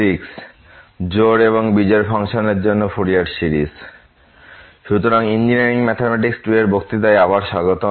সুতরাং engineering mathematics 2 এর বক্তৃতায় আবার স্বাগতম